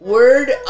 word